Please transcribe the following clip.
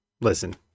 listen